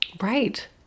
right